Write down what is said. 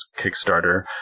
Kickstarter